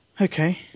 Okay